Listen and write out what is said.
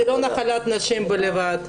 זה לא נחלת נשים בלבד.